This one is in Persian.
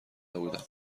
نبودم